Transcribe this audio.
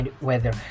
weather